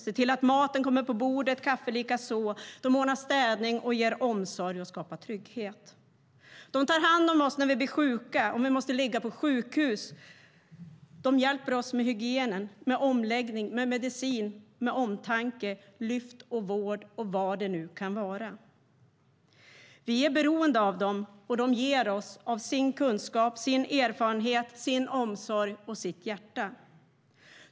De ser till att maten kommer på bordet, kaffet likaså. De ordnar städning, ger omsorg och skapar trygghet. De tar hand om oss när vi blir sjuka om vi måste ligga på sjukhus. De hjälper oss med hygien, omläggning, medicin, omtanke, lyft, vård och vad det nu kan vara. Vi är beroende av dem, och de ger oss av sin kunskap, sin erfarenhet, sin omsorg och sitt hjärta.